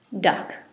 duck